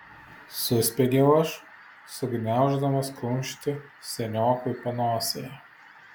suspiegiau aš sugniauždamas kumštį seniokui panosėje